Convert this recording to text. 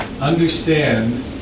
understand